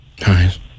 Nice